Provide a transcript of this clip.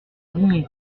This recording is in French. indigné